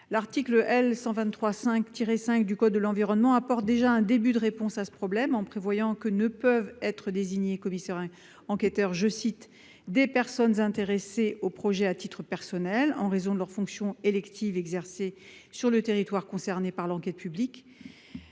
L'article L. 123-5 du code de l'environnement apporte déjà un début de réponse à ce problème, en disposant que « ne peuvent être désignées commissaires enquêteurs [...] des personnes intéressées au projet à titre personnel » ou « en raison de leurs fonctions électives exercées sur le territoire concerné par l'enquête publique